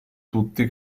tutti